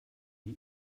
die